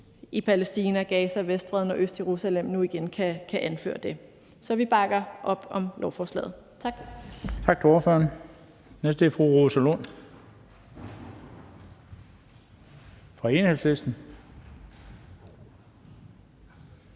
i Palæstina, Gaza, Vestbredden og Østjerusalem nu igen kan anføre det. Så vi bakker op om lovforslaget. Tak.